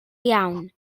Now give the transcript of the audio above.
iawn